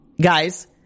Guys